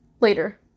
Later